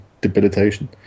debilitation